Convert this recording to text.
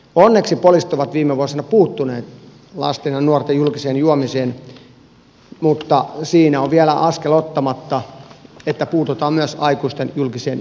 onneksi poliisit ovat viime vuosina puuttuneet lasten ja nuorten julkiseen juomiseen mutta siinä on vielä askel ottamatta että puututaan myös aikuisten julkiseen juomiseen